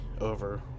over